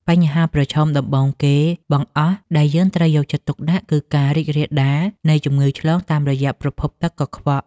បញ្ហាប្រឈមដំបូងគេបង្អស់ដែលយើងត្រូវយកចិត្តទុកដាក់គឺការរីករាលដាលនៃជំងឺឆ្លងតាមរយៈប្រភពទឹកកខ្វក់។